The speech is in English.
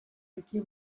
mickey